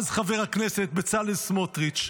אז חבר הכנסת בצלאל סמוטריץ',